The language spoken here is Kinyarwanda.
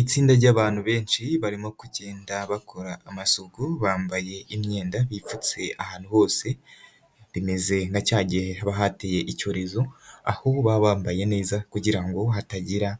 Itsinda ry'abantu benshi barimo kugenda bakora amasuku bambaye imyenda bipfutse ahantu hose, bimeze nka cya gihe haba hateye icyorezo aho baba bambaye neza kugira ngo hatagira